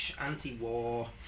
anti-war